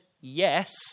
yes